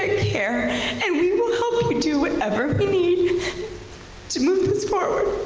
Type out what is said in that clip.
care and we will help you do whatever you need to move this forward,